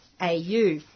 au